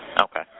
Okay